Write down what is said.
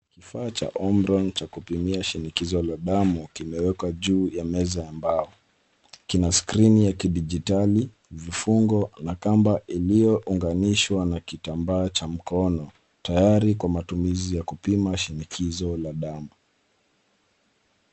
Kifaa cha Omron cha kupimia shinikizo la damu kimewekwa juu ya meza ya mbao. Kuna skrini ya kidijitali, vifungo na kamba iliyounganishwa na kitambaa cha mkono tayari kwa matumizi ya kupima shinikizo la damu.